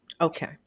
Okay